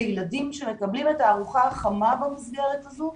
בילדים שמקבלים את הארוחה החמה במסגרת הזאת,